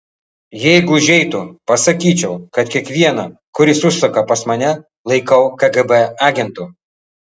jeigu užeitų pasakyčiau kad kiekvieną kuris užsuka pas mane laikau kgb agentu